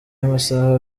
y’amasaha